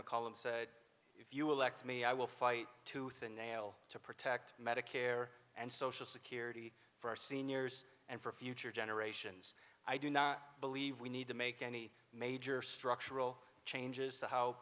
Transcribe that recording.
mccollum if you will act me i will fight tooth and nail to protect medicare and social security for our seniors and for future generations i do not believe we need to make any major structural changes